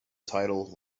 title